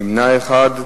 נמנעים,